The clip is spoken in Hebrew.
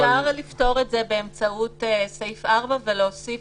אפשר לפתור את זה באמצעות סעיף 4 ולהוסיף